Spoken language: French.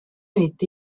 est